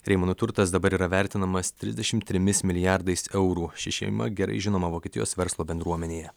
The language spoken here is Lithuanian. reimanų turtas dabar yra vertinamas trisdešimt trimis milijardais eurų ši šeima gerai žinoma vokietijos verslo bendruomenėje